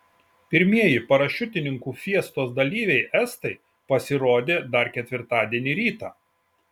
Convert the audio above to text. pirmieji parašiutininkų fiestos dalyviai estai pasirodė dar ketvirtadienį rytą